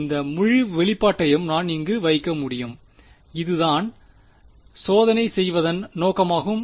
எனவே இந்த முழு வெளிப்பாட்டையும் நான் இங்கு வைக்க முடியும் இதுதான் சோதனை செய்வதன் நோக்கமாகும்